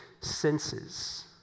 senses